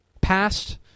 passed